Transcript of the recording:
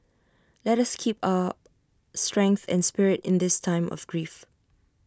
let us keep up our strength and spirit in this time of grief